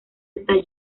utah